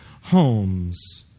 homes